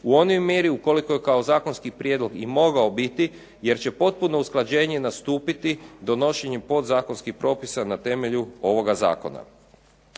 u onoj mjeri ukoliko je kao zakonski prijedlog i mogao biti jer će potpuno usklađenje nastupiti donošenjem podzakonskih propisa na temelju ovoga zakona.